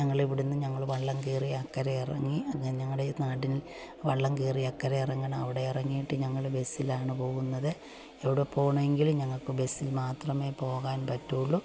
ഞങ്ങളിവിടുന്ന് ഞങ്ങൾ വള്ളം കയറി അക്കരെ ഇറങ്ങി ഞങ്ങളുടെ നാട്ടിൽ വള്ളം കയറി അക്കരെ ഇറങ്ങണം അവിടെ ഇറങ്ങിയിട്ട് ഞങ്ങള് ബസ്സിലാണ് പോകുന്നത് എവിടെ പോകണമെങ്കിൽ ഞങ്ങൾക്ക് ബസ്സിൽ മാത്രമേ പോകാൻ പറ്റൂളു